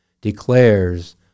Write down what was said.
declares